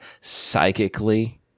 psychically